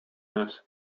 this